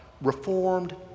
reformed